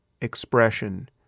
expression